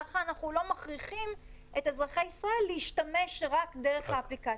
ככה אנחנו מכריחים את אזרחי ישראל להשתמש באפליקציה